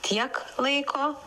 tiek laiko